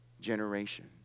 generation